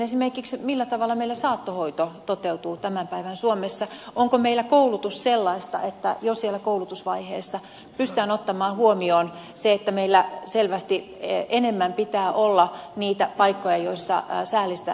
esimerkiksi millä tavalla meillä saattohoito toteutuu tämän päivän suomessa onko meillä koulutus sellaista että jo siellä koulutusvaiheessa pystytään ottamaan huomioon se että meillä selvästi enemmän pitää olla niitä paikkoja joissa säällistä saattohoitoa tapahtuu